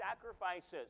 sacrifices